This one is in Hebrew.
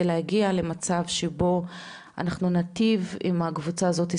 להגיע למצב שבו אנחנו ניטיב עם ניצולי השואה.